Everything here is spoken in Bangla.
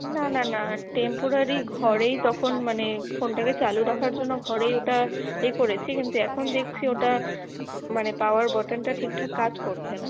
না না না টেম্পোরারি ঘরেই তখন মানে ফোনটাকে চালু রাখার জন্য ঘরেই ওটা এ করেছি কিন্তু এখন দেখছি ওটা মানে পাওয়ার বাটনটা ঠিকঠাক কাজ করছে না